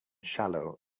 shallow